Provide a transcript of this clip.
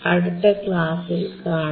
അടുത്ത ക്ലാസിൽ കാണാം